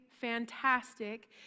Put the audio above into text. fantastic